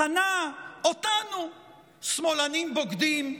מכנה אותנו "שמאלנים בוגדים",